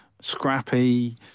scrappy